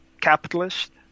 capitalist